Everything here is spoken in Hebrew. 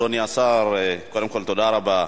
אדוני היושב-ראש, אדוני השר, קודם כול תודה רבה.